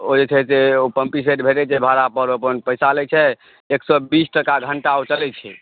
ओ जे छै से ओ पम्पीसेट भेटैत छै भाड़ा पर अपन पैसा लय छै एक सए बीस टका घण्टा ओ चलैत छै